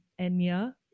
Enya